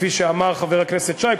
כפי שאמר חבר הכנסת שי.